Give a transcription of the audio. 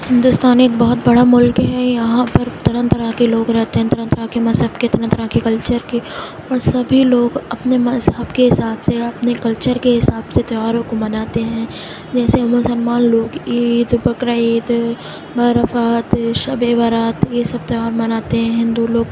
ہندوستان ایک بہت بڑا ملک ہے یہاں پر طرح طرح کے لوگ رہتے ہیں طرح طرح کے مذہب کے طرح طرح کے کلچر کے اور سبھی لوگ اپنے مذہب کے حساب سے اپنے کلچر کے حساب سے تیوہاروں کو مناتے ہیں جیسے مسلمان لوگ عید بقرعید بارہ وفات شب برأت یہ سب تیوہار مناتے ہیں ہندو لوگ